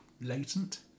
latent